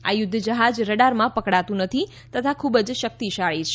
આ યુધ્ધ જહાજ રડારમાં પકડાતુ નથી તથા ખૂબ જ શક્તિશાળી છે